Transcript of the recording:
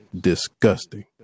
disgusting